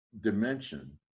dimension